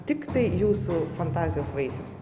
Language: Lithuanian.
tiktai jūsų fantazijos vaisius